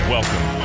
Welcome